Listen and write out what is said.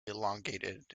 elongated